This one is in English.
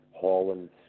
Holland